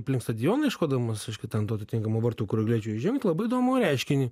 aplink stadioną ieškodamas reiškia ten tų tinkamų vartų kur galėčiau įžengti labai įdomų reiškinį